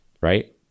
right